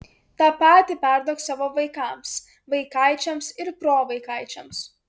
tą patį perduok savo vaikams vaikaičiams ir provaikaičiams